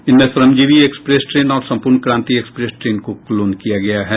इनमें Shramjeevi express train और Sampoorna Kranti express train को क्लोन किया गया है